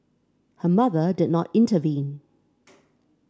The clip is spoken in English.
her mother did not intervene